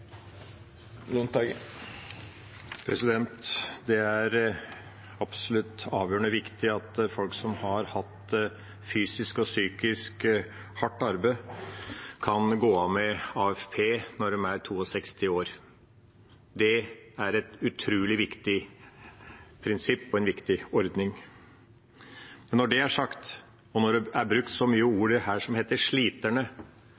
Det er absolutt avgjørende viktig at folk som har hatt fysisk og psykisk hardt arbeid, kan gå av med AFP når de er 62 år. Det er et utrolig viktig prinsipp og en viktig ordning. Når det er sagt, og når ordet «sliterne» er brukt så mye